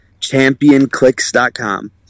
championclicks.com